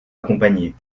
accompagner